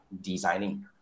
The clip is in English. designing